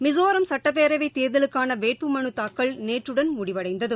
மிசோராம் சட்டப்பேரவைத் தேர்தலுக்கானவேட்புமனுதாக்கல் நேற்றுடன் முடிவடைந்தது